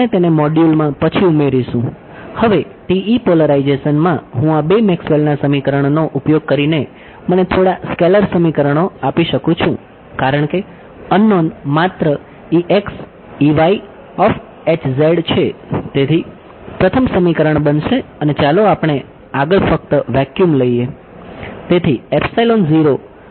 તેથી પ્રથમ સમીકરણ બનશે અને ચાલો આપણે આગળ ફક્ત વેક્યુમ લઈએ